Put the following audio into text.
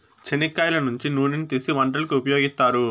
చెనిక్కాయల నుంచి నూనెను తీసీ వంటలకు ఉపయోగిత్తారు